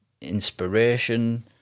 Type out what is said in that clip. inspiration